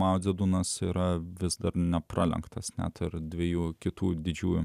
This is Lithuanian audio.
mao dze dunas yra vis dar nepralenktas net ir dviejų kitų didžiųjų